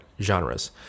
genres